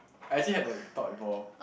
I actually have the thought before